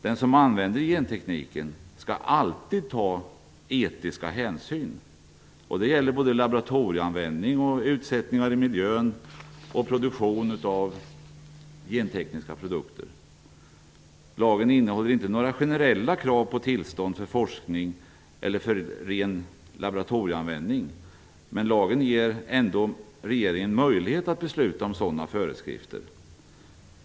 Den som använder gentekniken skall alltid ta etiska hänsyn. Detta gäller laboratorieanvändning, utsättningar i miljön och produktion av gentekniska produkter. Lagen innehåller inte några generella krav på tillstånd för forskning eller för ren laboratorieanvändning, men den ger ändå regeringen möjlighet att besluta om sådana föreskrifter.